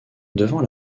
devant